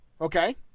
okay